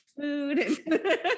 food